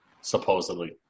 supposedly